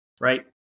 right